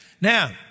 now